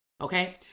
Okay